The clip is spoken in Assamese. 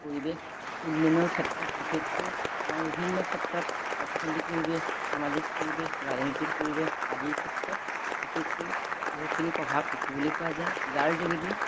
পৰিৱেশ উন্নয়নৰ ক্ষেত্ৰত বিশেষকৈ আমাৰ বিভিন্ন ক্ষেত্ৰত অৰ্থনৈতিক পৰিৱেশ সামাজিক পৰিৱেশ ৰাজনৈতিক পৰিৱেশ আদিৰ ক্ষেত্ৰত বিশেষকৈ বহুখিনি প্ৰভাৱ দেখিবলৈ পোৱা যায় যাৰ যোগেদি